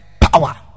power